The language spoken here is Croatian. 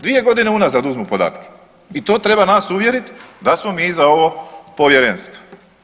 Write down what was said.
Dvije godine unazad uzmu podatke i to treba nas uvjeriti da smo mi za ovo povjerenstvo.